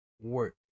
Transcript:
work